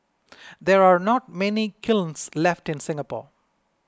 there are not many kilns left in Singapore